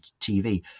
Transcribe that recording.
tv